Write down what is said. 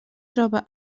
troba